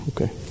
Okay